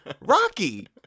rocky